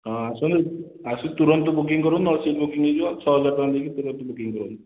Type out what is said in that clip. ହଁ ଆସନ୍ତୁ ଆସି ତୁରନ୍ତ ବୁକିଂ କରନ୍ତୁ ନହେଲେ ସିଟ୍ ବୁକିଂ ହେଇଯିବ ଛଅ ହଜାର ଟଙ୍କା ଦେଇକି ଫେରେ ଆଉଥରେ ବୁକିଂ କରନ୍ତୁ